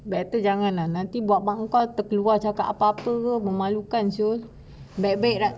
better jangan ah nanti buat abang kau keluar cakap apa-apa ke memalukan [sial] baik-baik